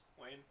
Wayne